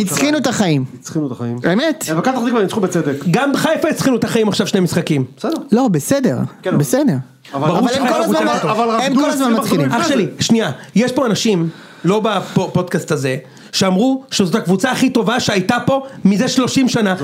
הצחינו את החיים. באמת. גם בחיפה הצחינו את החיים עכשיו שני משחקים. בסדר. לא, בסדר, בסדר. אבל הם כל הזמן מצחינים. אח שלי, שנייה, יש פה אנשים, לא בפודקאסט הזה, שאמרו שזאת הקבוצה הכי טובה שהייתה פה מזה 30 שנה.